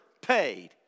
paid